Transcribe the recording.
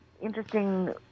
interesting